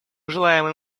желаем